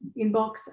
inbox